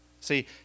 See